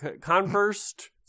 conversed